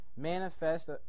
manifest